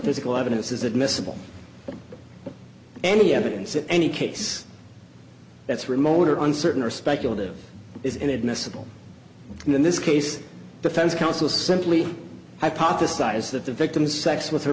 physical evidence is admissible any evidence in any case that's remote or uncertain or speculative is inadmissible in this case defense counsel simply hypothesize that the victim's sex with her